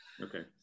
Okay